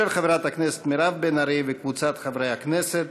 של חברת הכנסת מירב בן ארי וקבוצת חברי הכנסת.